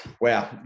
Wow